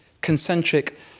concentric